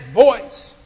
voice